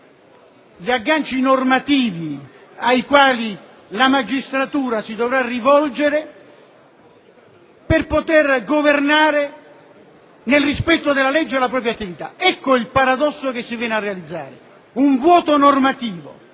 gli agganci normativi ai quali la magistratura si dovrà rivolgere per poter governare nel rispetto della legge la propria attività? Ecco il paradosso che si viene a realizzare: un vuoto normativo